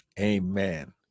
Amen